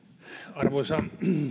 arvoisa